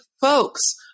folks